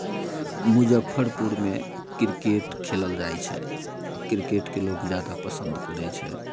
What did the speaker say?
मुजफ्फरपुरमे क्रिकेट खेलल जाइत छै क्रिकेटके लोक ज्यादा पसन्द करै छै